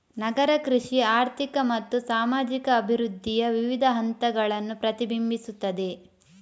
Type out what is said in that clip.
ನಗರ ಕೃಷಿ ಆರ್ಥಿಕ ಮತ್ತು ಸಾಮಾಜಿಕ ಅಭಿವೃದ್ಧಿಯ ವಿವಿಧ ಹಂತಗಳನ್ನು ಪ್ರತಿಬಿಂಬಿಸುತ್ತದೆ